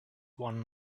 one